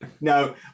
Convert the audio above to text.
No